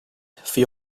for